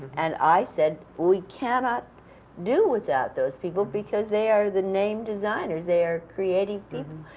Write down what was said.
and i said, we cannot do without those people, because they are the name designers. they are creating people,